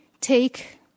take